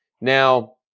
Now